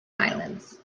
islands